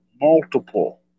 multiple